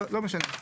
לא משנה.